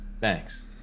thanks